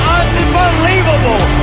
unbelievable